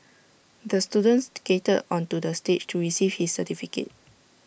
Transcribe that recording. the student skated onto the stage to receive his certificate